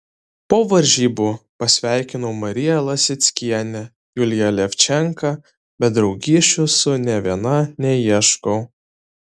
po varžybų pasveikinau mariją lasickienę juliją levčenką bet draugysčių su nė viena neieškau